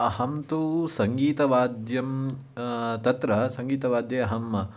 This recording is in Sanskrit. अहं तु सङ्गीतवाद्यं तत्र सङ्गीतवाद्ये